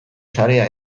sarea